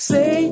Say